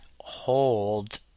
hold